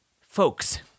Folks